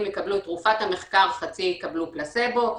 יקבלו את תרופת המחקר וחצי יקבלו פלסבו,